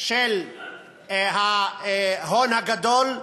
של ההון הגדול.